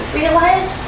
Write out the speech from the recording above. realize